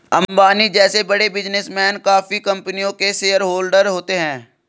अंबानी जैसे बड़े बिजनेसमैन काफी कंपनियों के शेयरहोलडर होते हैं